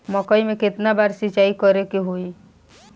मकई में केतना बार सिंचाई करे के होई?